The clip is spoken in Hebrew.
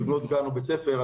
לבנות גן או בית ספר.